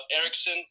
Erickson